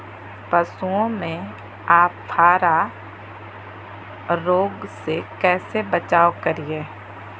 पशुओं में अफारा रोग से कैसे बचाव करिये?